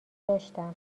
داشتم